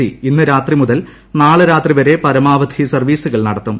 C ഇന്ന് രാത്രി മുതൽ നാളെ രാത്രി വരെ പരമാവധി സർവ്വീസുകൾ നടത്തും